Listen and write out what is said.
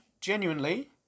genuinely